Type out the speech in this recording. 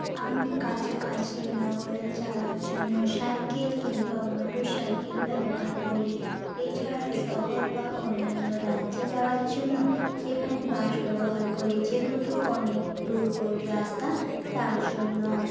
আমি কাছাকাছি নগরে যাওয়ার জন্য সাইকেল কিংবা মোটর সাইকেল ব্যবহার করি এছাড়াও শহর বা অন্যান্য রাজ্যে যাওয়ার জন্য সেখানে বাস ব্যবহার করি যেহেতু অনেক দূর রাস্তা তার জন্য